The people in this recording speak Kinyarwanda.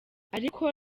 ariko